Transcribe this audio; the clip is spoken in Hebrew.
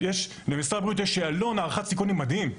במשרד הבריאות יש שאלון הערכת סיכונים מדהים,